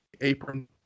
apron